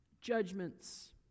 judgments